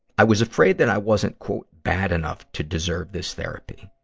i was afraid that i wasn't bad enough to deserve this therapy.